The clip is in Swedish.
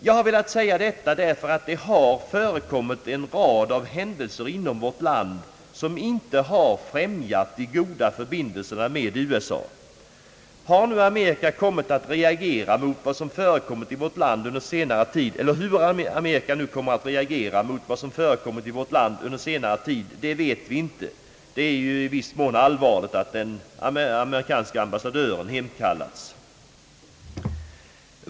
Jag har velat säga detta därför att det har förekommit en rad händelser inom vårt land som inte har främjat de goda förbindelserna med USA. Hur Amerika nu kommer att reagera mot vad som förekommit i vårt land under senare tid, det vet vi inte. Det är ju redan allvarligt att den amerikanske ambassadören hemkallats.